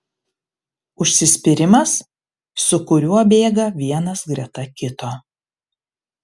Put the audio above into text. užsispyrimas su kuriuo bėga vienas greta kito